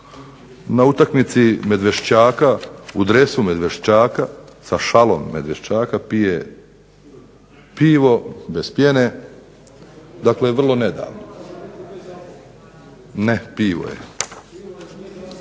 na utakmici Medveščaka u dresu Medveščaka sa šalom Medveščaka pije pivo bez pjene, dakle vrlo nedavno. … /Upadica se